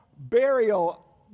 burial